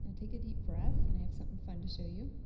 and take a deep breath, and i have something fun to show you.